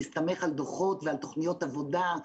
הסתמך על דוחות ועל תוכניות עבודה.